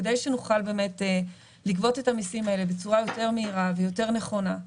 כדי שנוכל לגבות את המיסים האלה בצורה יותר מהירה ויותר נכונה.